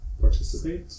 participate